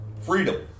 freedom